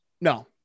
No